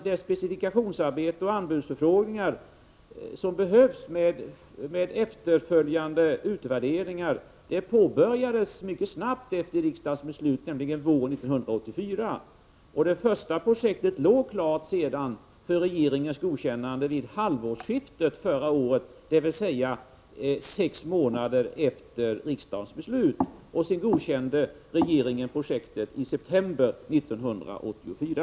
Det specifikationsarbete och de anbudsförfrågningar som behövs med efterföljande utvärdering påbörjades mycket snabbt efter riksdagsbeslutet, nämligen våren 1984. Det första projektet låg sedan klart för regeringens godkännande vid halvårsskiftet förra året, dvs. sex månader efter riksdagens beslut. Sedan godkände regeringen projektet i september 1984.